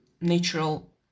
natural